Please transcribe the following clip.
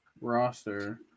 Roster